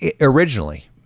Originally